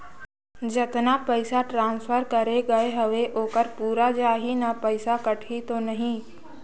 जतना पइसा ट्रांसफर करे गये हवे ओकर पूरा जाही न पइसा कटही तो नहीं?